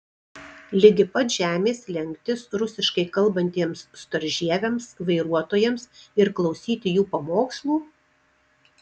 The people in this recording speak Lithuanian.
ligi pat žemės lenktis rusiškai kalbantiems storžieviams vairuotojams ir klausyti jų pamokslų